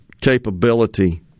capability